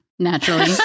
naturally